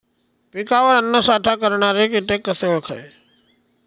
पिकावर अन्नसाठा करणारे किटक कसे ओळखावे?